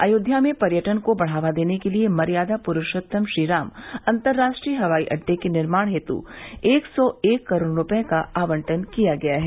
अयोध्या में पर्यटन को बढ़ावा देने के लिये मर्यादा पुरूषोत्तम श्रीराम अन्तर्राष्ट्रीय हवाई अड्डे के निर्माण हेतु एक सौ एक करोड़ रूपये का आवंटन किया गया है